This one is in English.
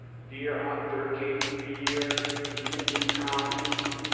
deer hunter, cape fear, he can do comedy.